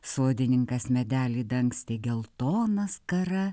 sodininkas medelį dangstė geltona skara